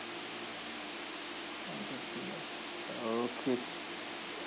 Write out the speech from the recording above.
okay